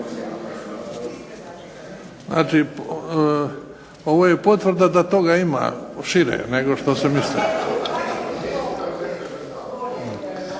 Znači, ovo je potvrda da toga ima šire nego što se mislilo.